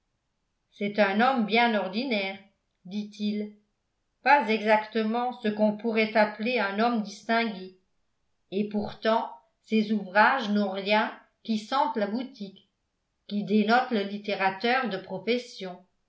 c'est un homme bien ordinaire dit-il pas exactement ce qu'on pourrait appeler un homme distingué et pourtant ses ouvrages n'ont rien qui sente la boutique qui dénote le littérateur de profession